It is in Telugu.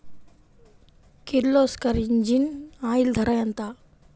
కిర్లోస్కర్ ఇంజిన్ ఆయిల్ ధర ఎంత?